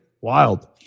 Wild